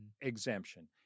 exemption